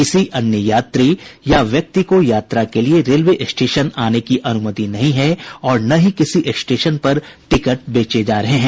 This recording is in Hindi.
किसी अन्य यात्री या व्यक्ति को यात्रा के लिए रेलवे स्टेशन आने की अनुमति नहीं है और न ही किसी स्टेशन पर टिकट बेचे जा रहे हैं